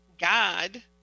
God